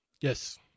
Yes